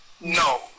no